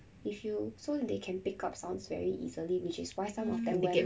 if you so they can pick up sounds very easily which is why some of them they wear